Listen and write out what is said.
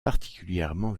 particulièrement